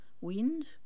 wind